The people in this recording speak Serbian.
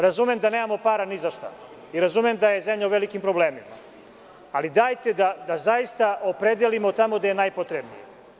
Razumem da nemamo para ni za šta i razumem da je zemlja u velikim problemima, ali dajete da zaista opredelimo tamo gde je najpotrebnije.